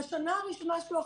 בשנה הראשונה שלו,